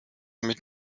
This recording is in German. mit